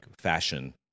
fashion